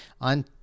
on